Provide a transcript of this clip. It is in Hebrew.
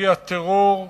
מהטרור,